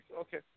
Okay